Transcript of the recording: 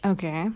okay